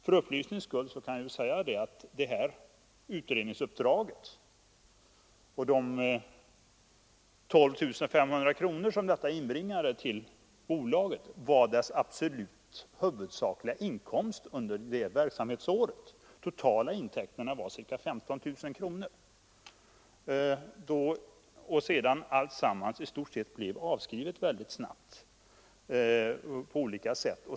För upplysnings skull kan jag nämna att de 12 500 kronor som detta utredningsuppdrag gav bolaget var dess huvudsakliga inkomst under det verksamhetsåret. De totala intäkterna uppgick till ca 15 000 kronor. I stort sett alltsammans blev avskrivet väl snabbt.